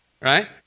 right